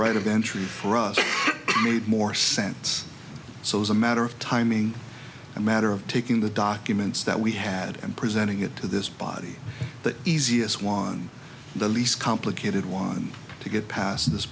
right of entry for us made more sense so as a matter of timing a matter of taking the documents that we had and presenting it to this body that easiest one the least complicated one to get past this